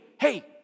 hey